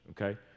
okay